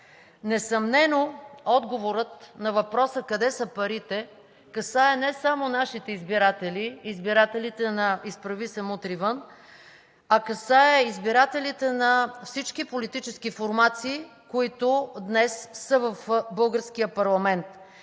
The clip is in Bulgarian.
Несъмнено отговорът на въпроса: къде са парите, касае не само нашите избиратели – избирателите на „Изправи се! Мутри вън!“, а касае избирателите на всички политически формации, които днес са в българския парламент.